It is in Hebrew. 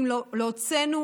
לא הוצאנו